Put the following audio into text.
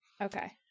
Okay